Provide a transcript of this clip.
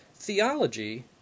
Theology